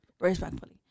Respectfully